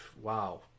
wow